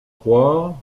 croire